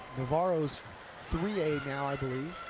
navarro's three a now, i believe,